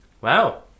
Wow